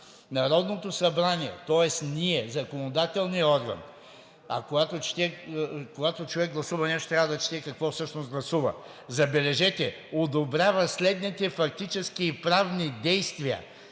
„Народното събрание“ – тоест ние, законодателният орган, а когато човек гласува нещо, трябва да чете какво всъщност гласува – забележете, „одобрява следните фактически и правни действия“